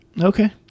Okay